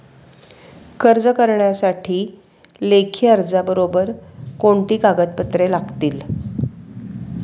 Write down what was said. कर्ज करण्यासाठी लेखी अर्जाबरोबर कोणती कागदपत्रे लागतील?